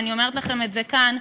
ואני אומרת לכם את זה כאן,